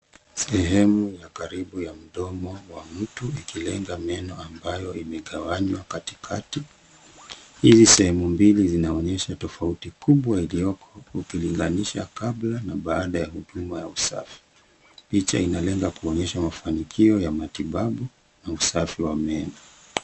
Sehemu ya karibu ya mdomo wa mtu ikilenga meno ambayo imegawanywa katikati. Hizi sehemu mbili zinaonyesha tofauti kubwa ilioko ukilinganisha kabla na baada ya huduma ya usafi. Picha inalenga kuonyesha mafanikio ya matibabu na usafi wa meno.